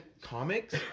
comics